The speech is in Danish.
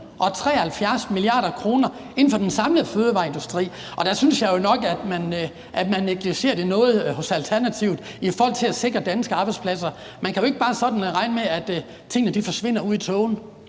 på 173 mia. kr. inden for den samlede fødevareindustri, og der synes jeg jo nok, at man negligerer det noget hos Alternativet i forhold til at sikre danske arbejdspladser. Man kan jo ikke bare sådan regne med, at tingene forsvinder ud i tågen.